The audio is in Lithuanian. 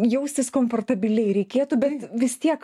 jaustis komfortabiliai reikėtų bet vis tiek